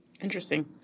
Interesting